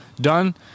done –